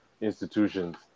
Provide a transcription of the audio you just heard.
institutions